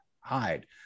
hide